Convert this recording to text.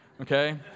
Okay